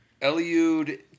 Eliud